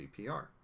CPR